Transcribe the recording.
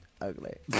ugly